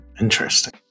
interesting